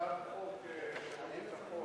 הצעת חוק שירות ביטחון.